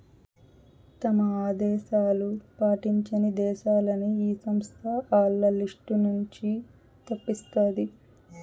తమ ఆదేశాలు పాటించని దేశాలని ఈ సంస్థ ఆల్ల లిస్ట్ నుంచి తప్పిస్తాది